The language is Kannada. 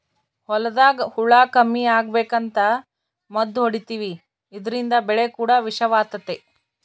ಹೊಲದಾಗ ಹುಳ ಕಮ್ಮಿ ಅಗಬೇಕಂತ ಮದ್ದು ಹೊಡಿತಿವಿ ಇದ್ರಿಂದ ಬೆಳೆ ಕೂಡ ವಿಷವಾತತೆ